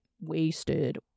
Wasted